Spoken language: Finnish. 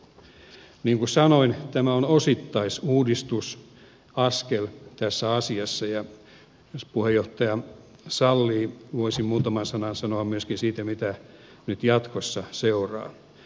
niin kuin sanoin tämä on osittaisuudistus askel tässä asiassa ja jos puheenjohtaja sallii voisin muutaman sanan sanoa myöskin siitä mitä nyt jatkossa seuraa